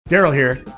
derral here.